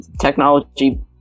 technology